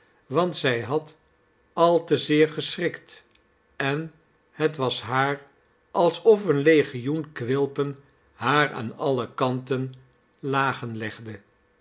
want zij had al te zeer geschrikt en het was haar alsof een legioen quilpen haar aan alle kanten lagen legde